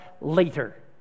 later